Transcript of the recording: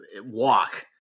walk